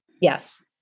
Yes